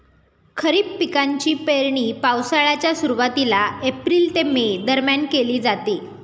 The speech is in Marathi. खरीप पिकांची पेरणी पावसाळ्याच्या सुरुवातीला एप्रिल ते मे दरम्यान केली जाते